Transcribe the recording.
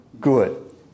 good